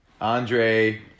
Andre